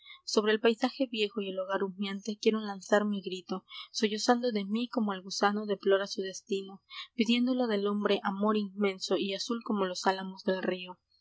sobre el paisaje viejo y el hogar humeante quiero lanzar mi grito sollozando de mí como el gusano cplora su destino ludiendo lo del hombre amor inmenso azul como los álamos del río